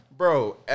Bro